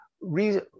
reason